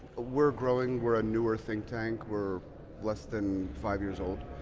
we're growing. we're a newer think tank. we're less than five years old.